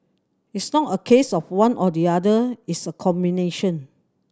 it's not a case of one or the other it's a combination